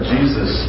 Jesus